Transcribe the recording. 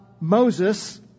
Moses